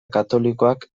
katolikoak